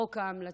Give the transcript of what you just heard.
חוק ההמלצות.